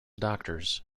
doctors